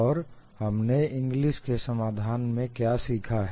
और हमने ईगंलिस के समाधान में क्या सीखा है